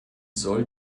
soll